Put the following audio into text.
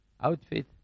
outfit